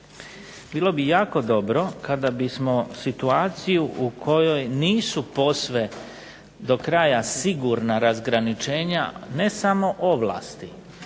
bilo bi jako dobro kada bismo situaciju u kojoj nisu posve do kraja sigurna razgraničenja ne samo ovlasti